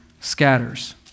scatters